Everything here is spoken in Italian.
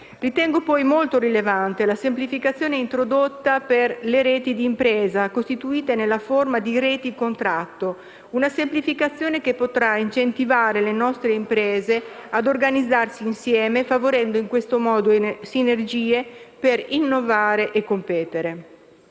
Ritengo poi molto rilevante la semplificazione introdotta per le reti di impresa costituite nella forma di reti contratto; una semplificazione che potrà incentivare le nostre imprese ad organizzarsi insieme, favorendo in questo modo sinergie per innovare e competere.